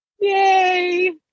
Yay